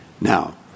Now